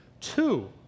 Two